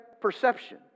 perception